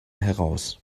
heraus